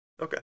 Okay